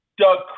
Doug